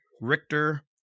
Richter